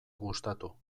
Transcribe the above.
gustatu